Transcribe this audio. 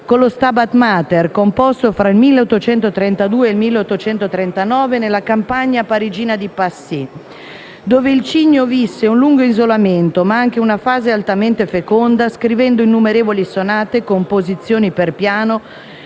con lo «Stabat Mater», composto fra il 1832 e il 1839, nella campagna parigina di Passy, dove il Cigno visse un lungo isolamento, ma anche una fase altamente feconda, scrivendo innumerevoli sonate, composizioni per piano,